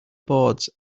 boards